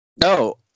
No